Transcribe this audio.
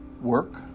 work